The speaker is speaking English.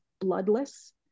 bloodless